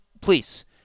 please